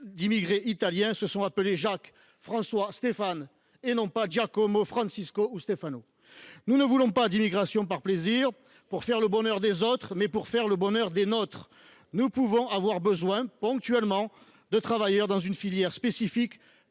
d’immigrés italiens se sont appelés Jacques François, Stéphane, et non Giacomo, Francisco ou Stefano. Nous ne voulons pas d’immigration par plaisir ou pour faire le bonheur des autres : nous voulons faire le bonheur des nôtres ! Nous pouvons avoir besoin, ponctuellement, de travailleurs dans une filière spécifique,